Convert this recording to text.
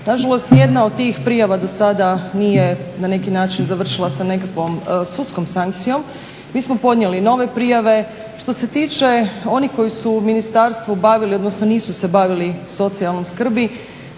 Nažalost, ni jedna od tih prijava do sada nije na neki način završila sa nekakvom sudskom sankcijom. Mi smo podnijeli nove prijave. Što se tiče onih koji su u ministarstvu bavili, odnosno nisu se bavili socijalnom skrbi,